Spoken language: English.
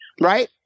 Right